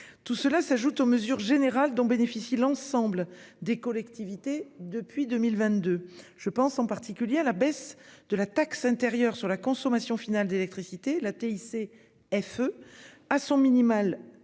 Tout cela s'ajoute aux mesures générales dont bénéficie l'ensemble des collectivités depuis 2022. Je pense en particulier à la baisse de la taxe intérieure sur la consommation finale d'électricité la TIC F. E. A. sont minimal légal